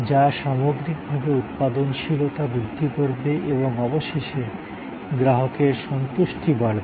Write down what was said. যা সামগ্রিকভাবে উৎপাদনশীলতা বৃদ্ধি করবে এবং অবশেষে গ্রাহকের সন্তুষ্টি বাড়াবে